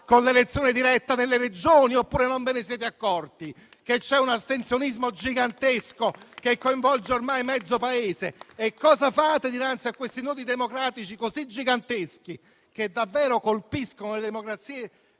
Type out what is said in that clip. del Presidente della Regione? Oppure non vi siete accorti che c'è un astensionismo gigantesco, che coinvolge ormai mezzo Paese? E voi cosa fate dinanzi a questi nodi democratici così giganteschi, che davvero colpiscono le democrazie